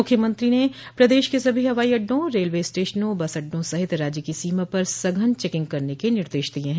मुख्यमंत्री ने प्रदेश के सभी हवाई अड्डों रेलवे स्टेशनों बस अड़डों सहित राज्य की सीमा पर सघन चेकिंग करने के निर्देश दिये हैं